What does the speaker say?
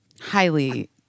highly